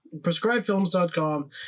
Prescribedfilms.com